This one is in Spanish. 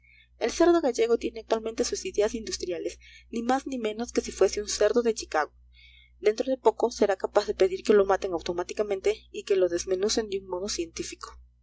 el cerdo gallego tiene actualmente sus ideas industriales ni más ni menos que si fuese un cerdo de chicago dentro de poco será capaz de pedir que lo maten automáticamente y que lo desmenucen de un modo científico